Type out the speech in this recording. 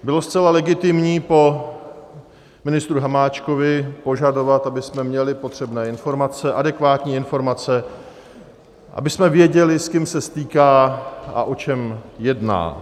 Bylo zcela legitimní po ministru Hamáčkovi požadovat, abychom měli potřebné informace, adekvátní informace, abychom věděli, s kým se stýká a o čem jedná.